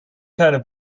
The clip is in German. keine